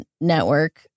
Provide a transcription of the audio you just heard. network